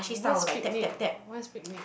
where's Picnic where's Picnic